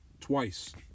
Twice